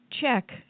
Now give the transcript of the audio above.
check